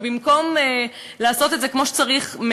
ובמקום לעשות את זה כמו שצריך,